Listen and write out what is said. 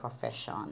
profession